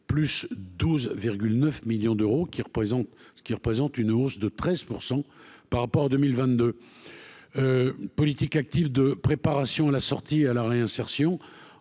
plus 12 9 millions d'euros, qui représente, ce qui représente une hausse de 13 % par rapport à 2022 politique active de préparation à la sortie à la réinsertion,